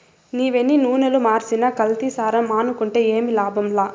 నీవెన్ని నూనలు మార్చినా కల్తీసారా మానుకుంటే ఏమి లాభంలా